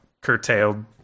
curtailed